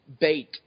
bait